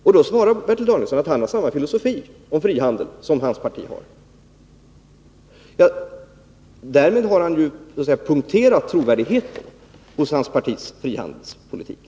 På detta svarar Bertil Danielsson att han har samma filosofi om frihandel som hans parti har. Därmed har han ju punkterat trovärdigheten hos sitt partis frihandelspolitik.